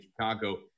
Chicago